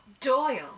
doyle